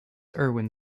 irwin